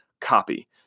copy